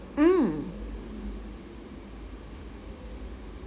mm